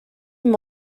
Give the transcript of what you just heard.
him